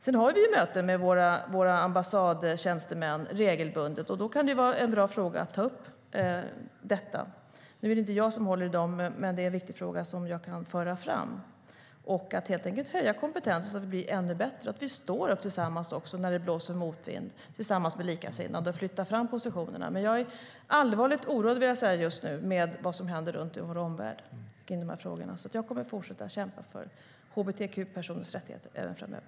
Sedan har vi möten med våra ambassadtjänstemän regelbundet, och då kan det vara bra att ta upp detta. Nu är det inte jag som håller i dem, men det är en viktig fråga jag kan föra fram. Det handlar helt enkelt om att höja kompetensen så att det blir ännu bättre och om att vi även när det blåser motvind ska stå upp tillsammans med likasinnade och flytta fram positionerna. Jag vill dock säga att jag just nu är allvarligt oroad över vad som händer runt om i vår omvärld. Jag kommer att fortsätta kämpa för hbtq-personers rättigheter även framöver.